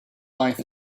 life